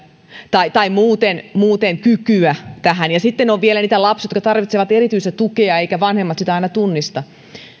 tai tai muuten muuten kykyä tähän ja sitten on vielä niitä lapsia jotka tarvitsevat erityistä tukea eikä vanhemmat sitä aina tunnista